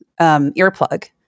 earplug